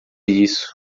isso